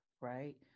right